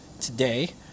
today